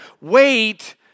Wait